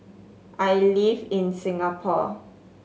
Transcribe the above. I live in Singapore